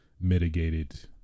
mitigated